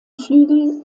flügel